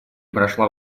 прошла